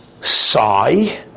sigh